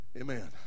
Amen